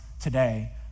today